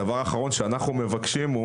הדבר האחרון שאנחנו מבקשים,